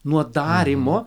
nuo darymo